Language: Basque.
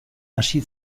hasi